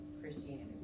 Christianity